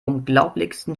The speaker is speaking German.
unglaublichsten